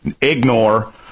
ignore